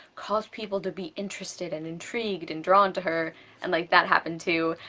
caused people to be interested and intrigued and drawn to her and like, that happened too.